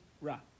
Ra